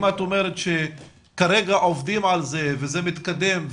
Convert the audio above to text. אם את אומרת שכרגע עובדים על זה וזה מתקדם,